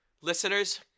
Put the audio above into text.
Listeners